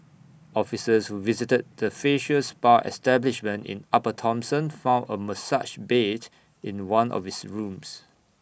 officers who visited the facial spa establishment in upper Thomson found A massage bed in one of its rooms